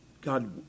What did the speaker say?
God